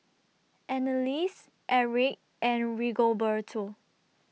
Anneliese Aric and Rigoberto